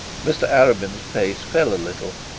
mr arabin's face fell a little,